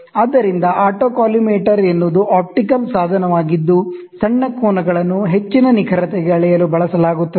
ಆದ್ದರಿಂದ ಆಟೋಕಾಲಿಮೇಟರ್ ಎನ್ನುವುದು ಆಪ್ಟಿಕಲ್ ಸಾಧನವಾಗಿದ್ದು ಸಣ್ಣ ಕೋನಗಳನ್ನು ಹೆಚ್ಚಿನ ನಿಖರತೆಗೆ ಅಳೆಯಲು ಬಳಸಲಾಗುತ್ತದೆ